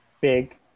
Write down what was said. Big